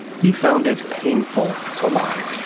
he found it painful to lie.